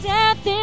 Death